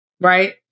Right